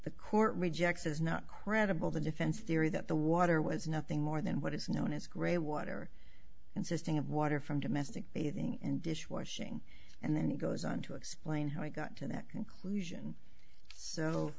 the court rejects is not credible the defense theory that the water was nothing more than what is known as gray water consisting of water from domestic bathing and dishwashing and then he goes on to explain how he got to that conclusion so